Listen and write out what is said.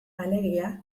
alegia